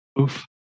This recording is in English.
Oof